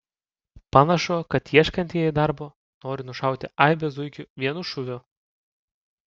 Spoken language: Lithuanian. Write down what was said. panašu kad ieškantieji darbo nori nušauti aibę zuikių vienu šūviu